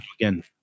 again